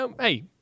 hey